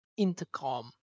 Intercom